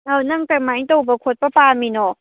ꯑꯧ ꯅꯪ ꯀꯃꯥꯏ ꯇꯧꯕ ꯈꯣꯠꯄ ꯄꯥꯝꯃꯤꯅꯣ